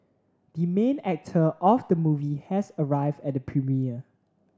the main actor of the movie has arrived at the premiere